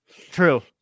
True